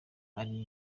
ari